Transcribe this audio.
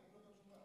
להגיד לו את התשובה.